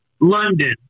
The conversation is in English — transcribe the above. London